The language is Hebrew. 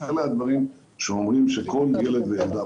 אלה הדברים שאומרים שכל ילד וילדה